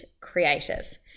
creative